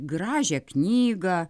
gražią knygą